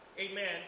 Amen